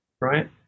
Right